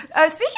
Speaking